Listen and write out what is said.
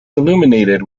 illuminated